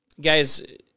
Guys